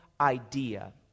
idea